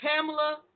Pamela